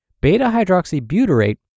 Beta-hydroxybutyrate